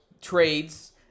trades